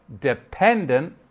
dependent